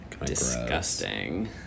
Disgusting